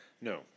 No